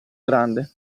grande